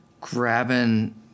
grabbing